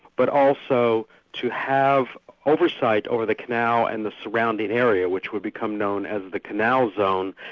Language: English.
but also to have oversight over the canal and the surrounding area, which would become known as the canal zone,